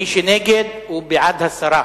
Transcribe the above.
מי שנגד, הוא בעד הסרה.